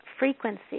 Frequency